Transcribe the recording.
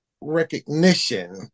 recognition